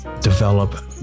develop